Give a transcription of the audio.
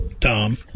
Tom